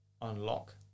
unlock